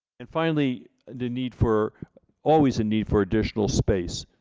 and finally the need for always a need for additional space,